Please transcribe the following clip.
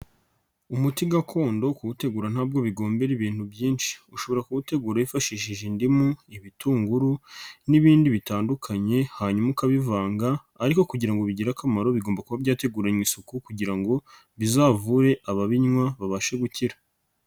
Umuti gakondo kuwutegura ntabwo bigomberara ibintu byinshi. Ushobora kuwutegura wifashishije indimu, ibitunguru n'ibindi bitandukanye, hanyuma ukabivanga ariko kugira ngo bigire akamaro bigomba kuba byateguranwe isuku kugira ngo bizavure ababinywa, babashe gukira.